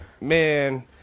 man